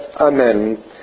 Amen